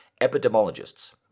Epidemiologists